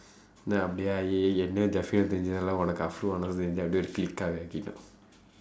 then அப்படியா என்ன:appadiyaa enna jafriya உனக்கு:unakku afro alazin clique-aa ஆக்கிட்டோம்:aakkitdoom